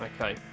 Okay